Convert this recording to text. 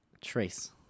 Trace